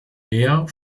mehr